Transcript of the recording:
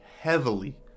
heavily